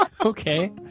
Okay